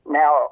now